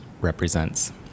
represents